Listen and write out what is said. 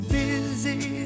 busy